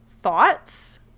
thoughts